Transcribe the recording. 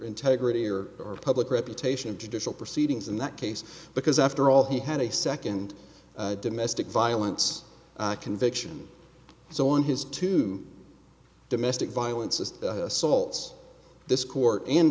integrity or or public reputation of judicial proceedings in that case because after all he had a second domestic violence conviction so on his two domestic violence as assaults this court and